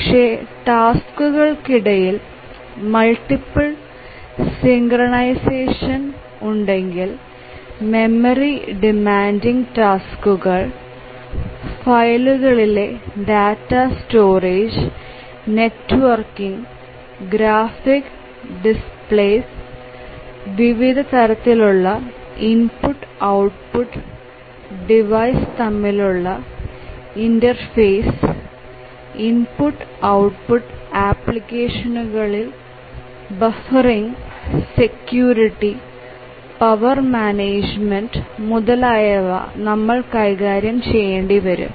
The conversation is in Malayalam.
പക്ഷേ ടാസ്കുകൾക്കിടയിൽ മൾട്ടിപ്പിൾ സിങ്ക്രനസേഷൻ ഉണ്ടെങ്കിൽ മെമ്മറി ഡിമാൻഡിങ് ടാസ്കുകൾ ഫയലുകളിലെ data storage networking graphics displays വിവിധ തരത്തിലുള്ള ഇൻപുട്ട് ഔട്ട്പുട്ട് ഡിവൈസ് തമ്മിലുള്ള ഇന്റർഫേസ് ഇൻപുട്ട് ഔട്ട്പുട്ട് ആപ്ലിക്കേഷനുകളിൽ ബഫറിംഗ് സെക്യൂരിറ്റി പവർ മാനേജ്മെന്റ് മുതലായവ നമ്മൾ കൈകാര്യം ചെയ്യേണ്ടി വരും